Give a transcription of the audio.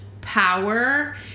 power